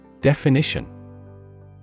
Definition